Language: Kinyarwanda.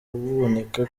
buboneka